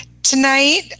Tonight